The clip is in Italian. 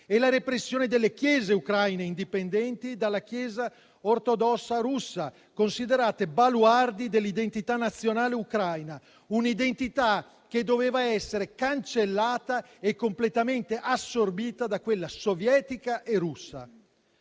e la repressione delle chiese ucraine indipendenti dalla chiesa ortodossa russa, considerate baluardi dell'identità nazionale ucraina, un'identità che doveva essere cancellata e completamente assorbita da quella sovietica e russa.